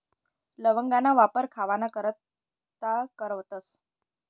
लवंगना वापर खावाना करता करतस